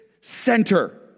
center